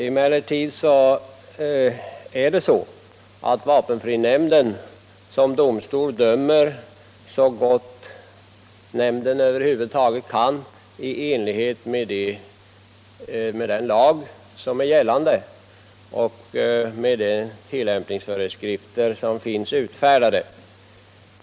I sin egenskap av domstol dömer vapenfrinämnden så gott den någonsin kan i enlighet med gällande lag och de tillämpningsföreskrifter som finns utfärdade.